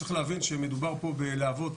צריך להבין שמדובר בלהבות